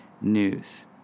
news